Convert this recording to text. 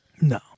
No